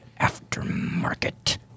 aftermarket